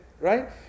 right